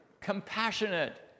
Compassionate